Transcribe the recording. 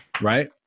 Right